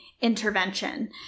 intervention